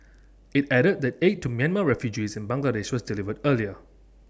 IT added that aid to Myanmar refugees in Bangladesh was delivered earlier